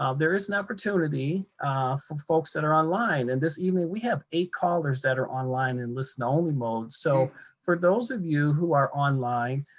um there is an opportunity for folks that are online, and this evening we have eight callers that are online in listen only mode. so for those of you who are online,